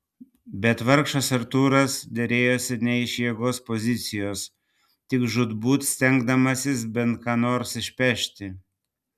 bet vargšas artūras derėjosi ne iš jėgos pozicijos tik žūtbūt stengdamasis bent ką nors išpešti